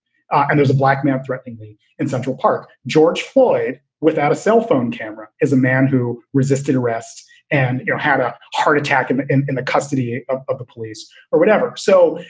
and there's a black man threateningly in central park. george floyd, without a cell phone camera, is a man who resisted arrest and yeah had a heart attack and in in the custody of of the police or whatever. so,